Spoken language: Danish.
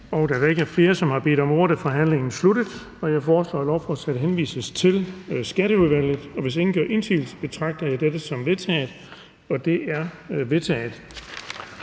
Da der ikke er flere, der har bedt om ordet, er forhandlingen sluttet. Jeg foreslår, at lovforslaget henvises til Skatteudvalget. Hvis ingen gør indsigelse, betragter jeg dette som vedtaget. Det er vedtaget.